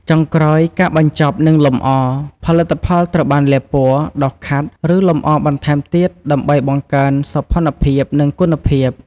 ចុងក្រោយការបញ្ចប់ និងលម្អ ផលិតផលត្រូវបានលាបពណ៌ ដុសខាត់ ឬលម្អបន្ថែមទៀតដើម្បីបង្កើនសោភ័ណភាព និងគុណភាព។